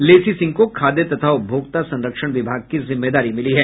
लेसी सिंह को खाद्य तथा उपभोक्ता संरक्षण विभाग की जिम्मेदारी दी गयी है